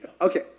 Okay